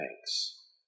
thanks